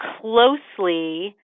closely